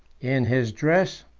in his dress,